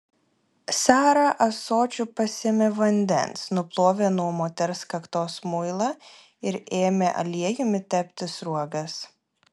sara ąsočiu pasėmė vandens nuplovė nuo moters kaktos muilą ir ėmė aliejumi tepti sruogas